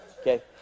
Okay